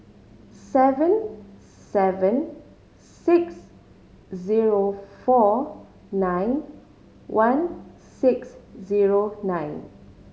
seven seven six zero four nine one six zero nine